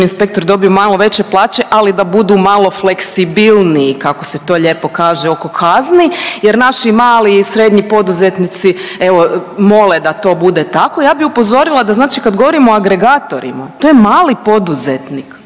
inspektor dobiju malo veće plaće, ali da budu malo fleksibilniji kako se to lijepo kaže oko kazni jer naši mali i srednji poduzetnici evo mole da to bude tako. Ja bi upozorila da znači kad govorimo o agregatorima, to je mali poduzetnik,